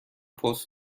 پست